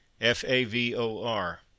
f-a-v-o-r